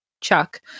Chuck